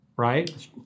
right